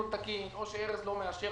שארז לא מאשר.